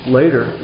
later